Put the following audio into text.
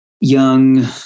young